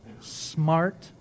smart